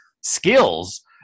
skills